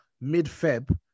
mid-Feb